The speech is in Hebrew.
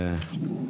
צהריים טובים.